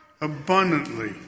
abundantly